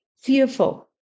fearful